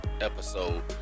episode